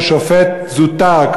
ששופט זוטר,